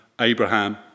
Abraham